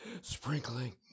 sprinkling